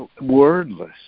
wordless